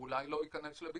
אולי הוא לא ייכנס לבידוד,